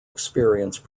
experience